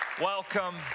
welcome